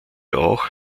auch